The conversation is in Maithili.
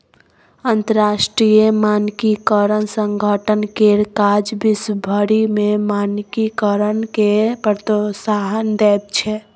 अंतरराष्ट्रीय मानकीकरण संगठन केर काज विश्व भरि मे मानकीकरणकेँ प्रोत्साहन देब छै